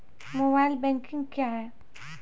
Mobile banking क्या हैं?